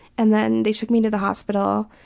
and then they took me to the hospital,